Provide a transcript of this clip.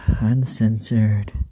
uncensored